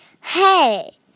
Hey